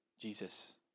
Jesus